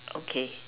okay